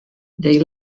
they